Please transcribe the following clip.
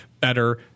better